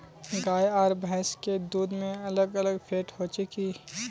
गाय आर भैंस के दूध में अलग अलग फेट होचे की?